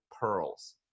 pearls